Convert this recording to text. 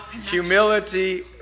Humility